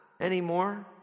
anymore